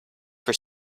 for